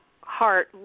heart